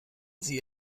sie